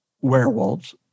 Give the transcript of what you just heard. werewolves